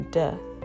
death